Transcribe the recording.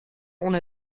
ohne